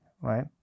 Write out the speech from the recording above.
right